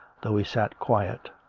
though he sat quiet.